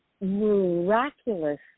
miraculous